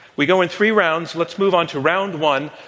we go in three rounds. let's move on to round one.